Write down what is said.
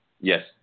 Yes